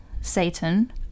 Satan